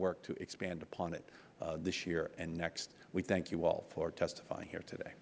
work to expand upon it this year and next we thank you all for testifying here today